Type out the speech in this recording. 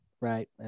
right